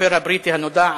הסופר הבריטי הנודע,